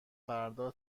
فردا